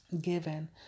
given